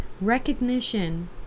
recognition